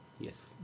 Yes